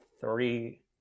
three